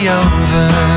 over